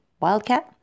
wildcat